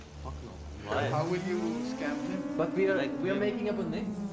fuck no, um and why? how will you scam him? but we're like we're making up a name.